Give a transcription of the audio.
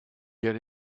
get